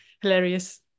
hilarious